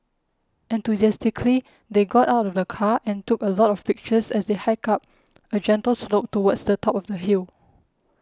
enthusiastically they got out of the car and took a lot of pictures as they hiked up a gentle slope towards the top of the hill